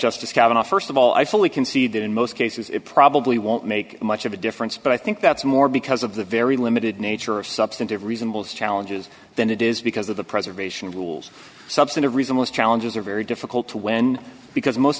justice kavanagh st of all i fully concede that in most cases it probably won't make much of a difference but i think that's more because of the very limited nature of substantive reasonable challenges than it is because of the preservation of rules substantive reason most challenges are very difficult to win because most